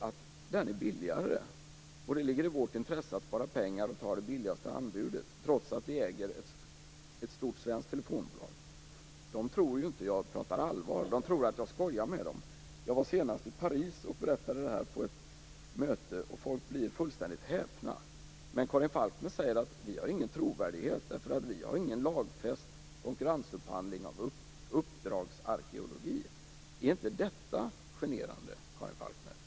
Det är billigare och det ligger i vårt intresse att spara pengar och anta det billigaste anbudet, trots att vi äger ett stort svenskt telefonbolag. De utländska åhörarna tror ju inte att jag pratar allvar. De tror att jag skojar med dem. Jag var senast i Paris och berättade detta på ett möte, och man blev fullständigt häpen. Men Karin Falkmer säger att vi inte har någon trovärdighet därför att vi inte har någon lagfäst konkurrensupphandling av uppdragsarkeologi. Är inte detta generande, Karin Falkmer?